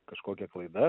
kažkokia klaida